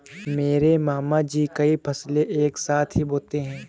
मेरे मामा जी कई फसलें एक साथ ही बोते है